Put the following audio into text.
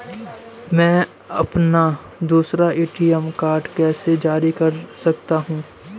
मैं अपना दूसरा ए.टी.एम कार्ड कैसे जारी कर सकता हूँ?